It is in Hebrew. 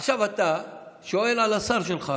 עכשיו אתה שואל על השר שלך.